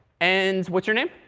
and what's your name?